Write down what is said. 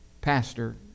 pastor